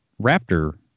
Raptor